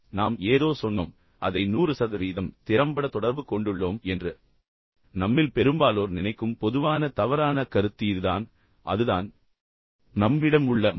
நாம் ஏதோ சொன்னோம் அதை 100 சதவீதம் திறம்பட தொடர்பு கொண்டுள்ளோம் என்று நம்மில் பெரும்பாலோர் நினைக்கும் பொதுவான தவறான கருத்து இதுதான் என்பதை நினைவில் கொள்ளுங்கள் அதுதான் நம்மிடம் உள்ள மாயை